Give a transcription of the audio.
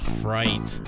fright